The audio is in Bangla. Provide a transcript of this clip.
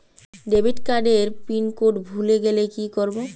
ডেবিটকার্ড এর পিন কোড ভুলে গেলে কি করব?